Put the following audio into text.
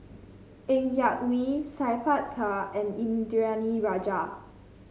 Ng Yak Whee Sat Pal Khattar and Indranee Rajah